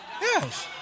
Yes